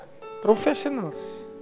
Professionals